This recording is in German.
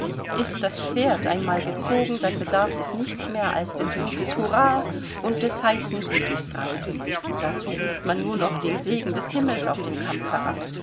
ist das schwert einmal gezogen dann bedarf es nichts mehr als des rufes hurrah und des heißen siegesdranges dazu ruft man nur noch den segen des himmels auf den kampf herab